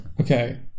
Okay